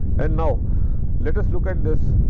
and, now let us look at this